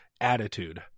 Attitude